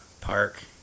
park